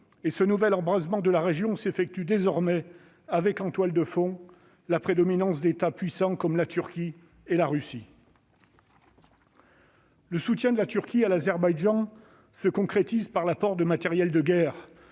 et ce nouvel embrasement de la région intervient désormais avec en toile de fond la prédominance d'États puissants comme la Turquie et la Russie. Le soutien de la Turquie à l'Azerbaïdjan se concrétise par l'apport de matériel de guerre